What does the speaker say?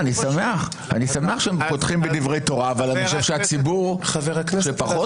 אני שמח שפותחים בדברי תורה אבל אני חושב שהציבור שמודע פחות